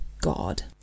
God